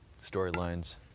storylines